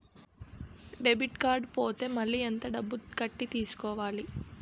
Debit card పోతే మళ్ళీ ఎంత డబ్బు కట్టి తీసుకోవాలి?